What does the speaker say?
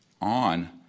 on